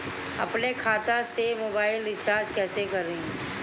अपने खाता से मोबाइल रिचार्ज कैसे करब?